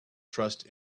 trust